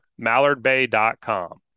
mallardbay.com